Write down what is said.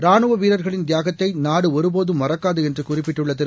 ராணுவ வீரர்களின் தியாகத்தை நாடு ஒருபோதும் மறக்காது என்று குறிப்பிட்டுள்ள திரு